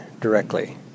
directly